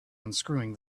unscrewing